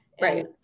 Right